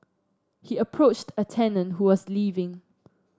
he approached a tenant who was leaving